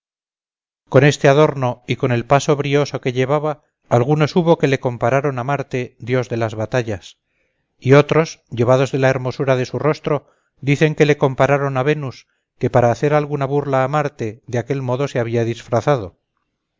con este adorno y con el paso brioso que llevaba algunos hubo que le compararon a marte dios de las batallas y otros llevados de la hermosura de su rostro dicen que le compararon a venus que para hacer alguna burla a marte de aquel modo se había disfrazado